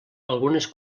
algunes